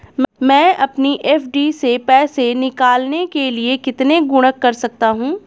मैं अपनी एफ.डी से पैसे निकालने के लिए कितने गुणक कर सकता हूँ?